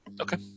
Okay